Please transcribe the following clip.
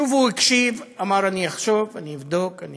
שוב הוא הקשיב ואמר: אני אחשוב, אני אבדוק, אני